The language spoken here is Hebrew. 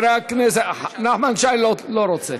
נחמן שי לא רוצה.